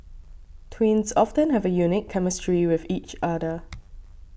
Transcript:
twins often have a unique chemistry with each other